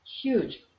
Huge